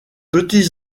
petits